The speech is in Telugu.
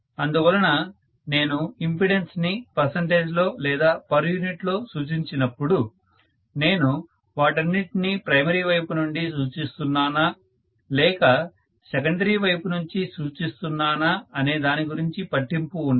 అందువలన నేను ఇంపెడన్స్ ని పర్సంటేజ్ లో లేదా పర్ యూనిట్ లో సూచించినప్పుడు నేను వాటన్నిటినీ ప్రైమరీ వైపు నుండి సూచిస్తున్నానా లేక సెకండరీ వైపు నుంచి సూచిస్తున్నానా అనేదాని గురించి పట్టింపు ఉండదు